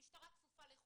המשטרה כפופה לחוק.